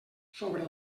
sobre